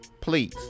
please